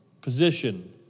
position